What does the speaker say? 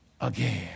again